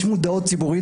יש מודעות ציבורית.